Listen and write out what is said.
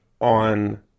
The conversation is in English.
on